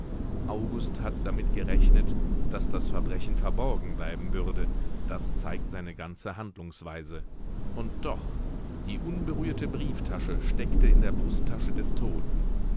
august hat damit gerechnet daß das verbrechen verborgen bleiben würde das zeigt seine ganze handlungsweise und doch die unberührte brieftasche steckte in der brusttasche des toten